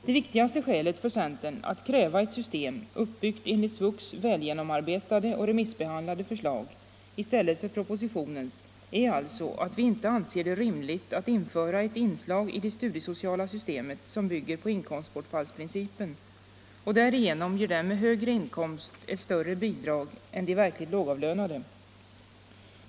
Det viktigaste skälet för centern att kräva ett system uppbyggt enligt SVUX välgenomarbetade och remissbehandlade förslag i stället för propositionens är alltså att vi inte anser det rimligt att införa ett inslag i det studiesociala systemet som bygger på inkomstbortfallsprincipen och därigenom ger dem med högre inkomst ett större bidrag än de verkligt lågavlönade.